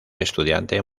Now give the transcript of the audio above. estudiante